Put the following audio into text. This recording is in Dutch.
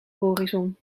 horizon